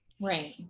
Right